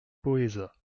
poëzat